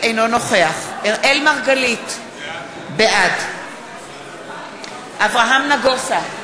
אינו נוכח אראל מרגלית, בעד אברהם נגוסה,